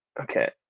Okay